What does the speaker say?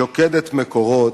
שוקדת "מקורות"